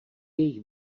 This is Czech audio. jejich